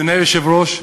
אדוני היושב-ראש,